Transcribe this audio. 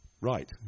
right